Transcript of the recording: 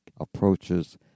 approaches